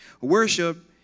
worship